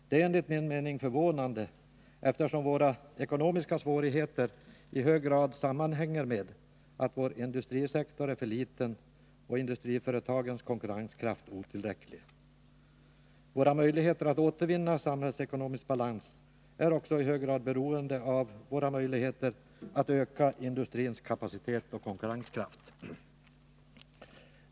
Det är enligt min mening förvånande, eftersom våra ekonomiska svårigheter i hög grad sammanhänger med att vår industrisektor är för liten och industriföretagens konkurrenskraft otillräcklig. Våra möjligheter att återvinna samhällsekonomisk balans är också i hög grad beroende av våra möjligheter att öka industrins kapacitet och konkurrenskraft.